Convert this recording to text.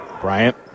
Bryant